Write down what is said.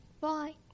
Bye